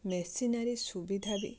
machinery ସୁବିଧା ବି